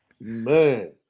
Man